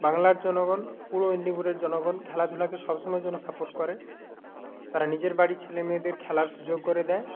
বাংলার জনগণ পূর্ব মেদিনীপুরের জনগণ খেলাধুলাকে সব সময়ের জন্য সাপোর্ট করে তারা নিজের বাড়ির ছেলে মেয়েদের খেলার সুযোগ করে দেয়